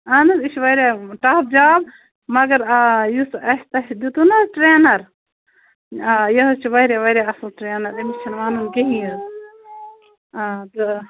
اَہَن حَظ یہِ چھُ واریاہ ٹف جاب مگر آ یُس اَسہِ تۄہہِ دیُتوٕ نہَ ٹرٮ۪نر آ یہِ حَظ چھُ واریاہ واریاہ اَصٕل ٹرٮ۪نر أمِس چھُ نہٕ ونُن کہیٖنٛۍ